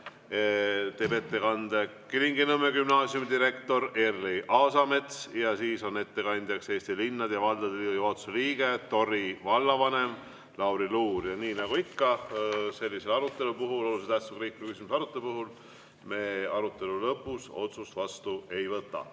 teeb ettekande Kilingi-Nõmme Gümnaasiumi direktor Erli Aasamets ja siis on ettekandjaks Eesti Linnade ja Valdade Liidu juhatuse liige, Tori vallavanem Lauri Luur. Nii nagu ikka sellise arutelu puhul, olulise tähtsusega riikliku küsimuse arutelu puhul, me arutelu lõpus otsust vastu ei võta. Ma